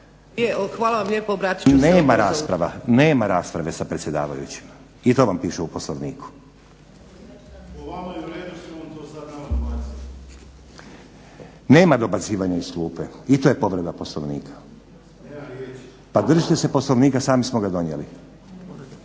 Nema rasprave, nema rasprave sa predsjedavajućima. I to vam piše u Poslovniku. …/Upadica sa strane, ne čuje se./… Nema dobacivanja iz klupe. I to je povreda Poslovnika. Pa držite se Poslovnika sami smo ga donijeli.